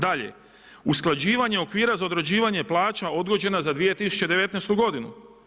Dalje, usklađivanje okvira za određivanje plaća odgođena je za 2019. godinu.